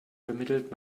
vermittelt